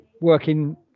working